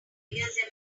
embarrassing